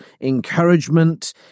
encouragement